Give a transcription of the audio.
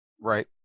right